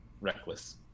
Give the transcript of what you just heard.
Reckless